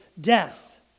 death